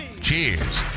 cheers